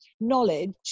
knowledge